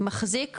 מחזיק בעצם,